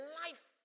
life